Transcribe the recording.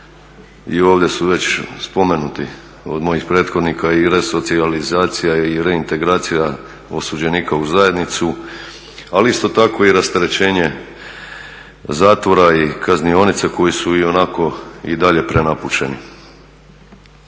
i ovdje su već spomenuti od mojih prethodnika i resocijalizacija i reintegracija osuđenika u zajednicu, ali isto tako i rasterećenje zatvora i kaznionica koje su i onako i dalje prenapučeni.